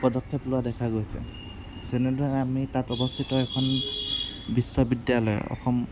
পদক্ষেপ লোৱা দেখা হৈছে তেনেদৰে আমি তাত অৱস্থিত এখন বিশ্ববিদ্যালয় অসম